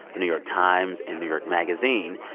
the new york times and new york magazine.